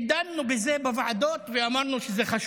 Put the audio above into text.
ודנו בזה בוועדות ואמרנו שזה חשוב.